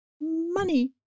money